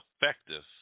effective